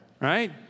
right